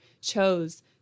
chose